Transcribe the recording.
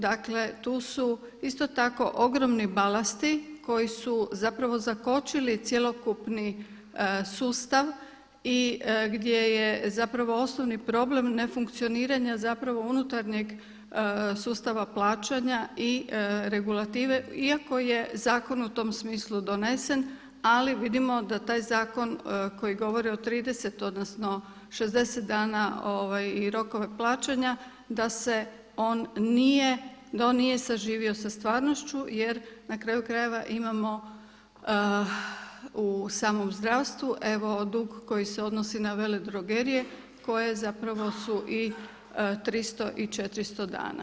Dakle tu su isto tako ogromni balasti koji su zapravo zakočili cjelokupni sustav i gdje je zapravo osnovni problem nefunkcioniranja zapravo unutarnjeg sustava plaćanja i regulative iako je zakon u tom smislu donesen ali vidimo da taj zakon koji govori o 30 odnosno 60 dana i rokove plaćanja da se on nije, nije saživio sa stvarnošću jer na kraju krajeva imamo u samom zdravstvu evo dug koji se odnosi na vele drogerije koje zapravo su i 300 i 400 dana.